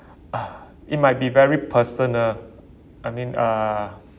uh it might be very personal I mean ah